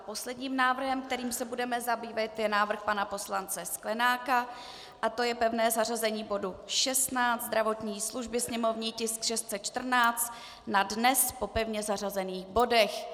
Posledním návrhem, kterým se budeme zabývat, je návrh pana poslance Sklenáka, to je pevné zařazení bodu 16, zdravotní služby, sněmovní tisk 614, na dnes po pevně zařazených bodech.